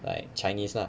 like chinese lah